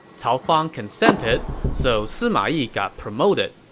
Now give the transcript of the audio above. cao fang consented, so sima yi got promoted.